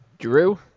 Drew